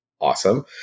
Awesome